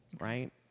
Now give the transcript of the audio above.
right